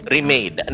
Remade